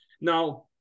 Now